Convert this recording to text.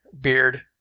beard